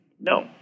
No